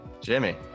jimmy